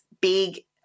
Big